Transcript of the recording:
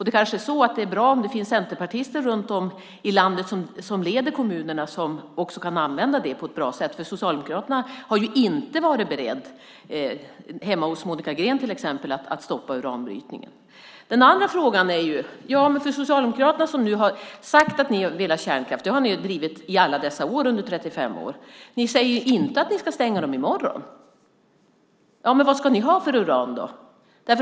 Det kanske är bra om det finns centerpartister runt om i landet som leder kommunerna och som också kan använda vetot på ett bra sätt, för Socialdemokraterna har ju inte varit beredda hemma hos Monica Green till exempel att stoppa uranbrytningen. Det andra man kan diskutera är detta: Socialdemokraterna har sagt att ni vill ha kärnkraft. Det har ni ju drivit under alla dessa 35 år, och ni säger inte att ni ska stänga dem i morgon. Vad ska ni ha för uran då?